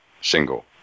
single